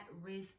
risk